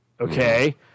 Okay